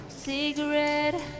Cigarette